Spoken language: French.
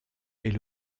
est